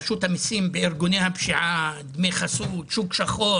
בארגוני הפשיעה, דמי חסות, שוק שחור